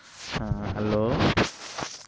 ହଁ ହ୍ୟାଲୋ